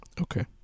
Okay